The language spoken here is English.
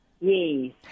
Yes